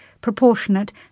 proportionate